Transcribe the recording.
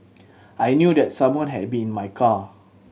I knew that someone had been in my car